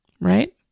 right